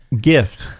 gift